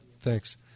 Thanks